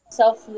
self